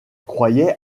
croyait